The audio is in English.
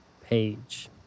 page